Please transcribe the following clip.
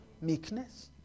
Meekness